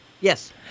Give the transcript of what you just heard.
yes